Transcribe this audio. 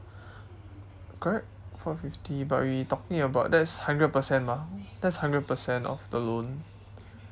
correct four fifty but we talking about that's hundred percent mah that's hundred percent of the loan